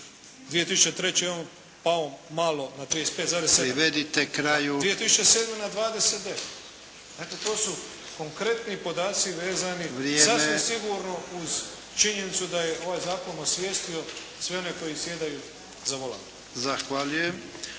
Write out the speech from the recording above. imamo, pao malo na 35,7. 2007. na 29. Dakle to su konkretni podaci vezani sasvim sigurno uz činjenicu da je ovaj zakon osvijestio sve one koji sjedaju za volan.